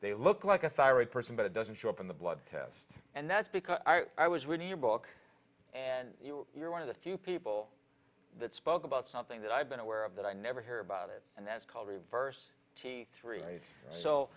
they look like a thyroid person but it doesn't show up in the blood test and that's because i was reading your book and you're one of the few people that spoke about something that i've been aware of that i never hear about it and that's called reverse t three so